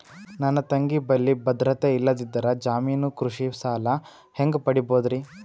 ನನ್ನ ತಂಗಿ ಬಲ್ಲಿ ಭದ್ರತೆ ಇಲ್ಲದಿದ್ದರ, ಜಾಮೀನು ಕೃಷಿ ಸಾಲ ಹೆಂಗ ಪಡಿಬೋದರಿ?